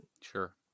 Sure